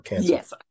Yes